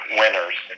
winners